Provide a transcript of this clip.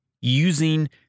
using